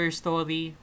story